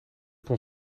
kon